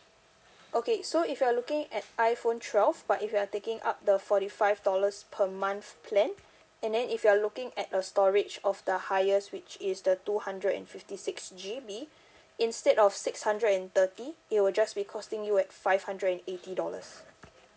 okay so if you're looking at iphone twelve but if you are taking up the forty five dollars per month plan and then if you're looking at a storage of the highest which is the two hundred and fifty six G_B instead of six hundred and thirty it will just be costing you at five hundred and eighty dollars